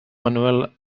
manuel